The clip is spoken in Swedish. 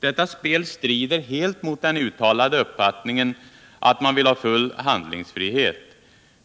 Detta spel strider helt mot den uttalade uppfattningen att man vill ha full handlingsfrihet.